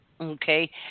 Okay